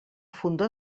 fondó